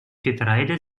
getreide